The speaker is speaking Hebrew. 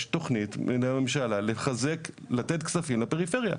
יש תכנית של הממשלה לחזק, לתת כספים לפריפריה.